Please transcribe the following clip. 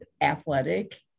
athletic